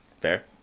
Fair